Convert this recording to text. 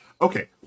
Okay